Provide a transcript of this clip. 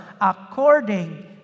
according